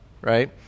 right